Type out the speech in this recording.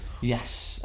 yes